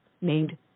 named